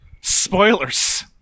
Spoilers